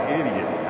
idiot